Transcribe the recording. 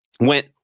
went